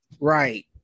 Right